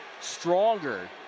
stronger